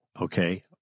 Okay